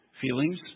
feelings